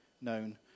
known